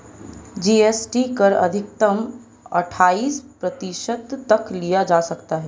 GST कर अधिकतम अठाइस प्रतिशत तक लिया जा सकता है